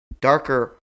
darker